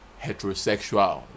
Heterosexual